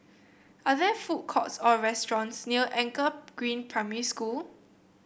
are there food courts or restaurants near Anchor Green Primary School